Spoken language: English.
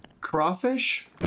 crawfish